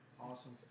Awesome